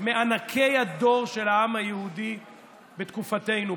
מענקי הדור של העם היהודי בתקופתנו,